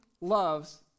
loves